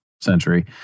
century